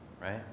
Right